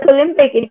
Olympic